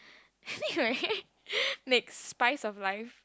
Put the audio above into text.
next spice of life